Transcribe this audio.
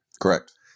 Correct